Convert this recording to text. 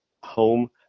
home